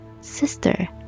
Sister